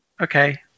okay